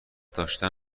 داشتن